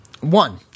One